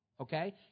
okay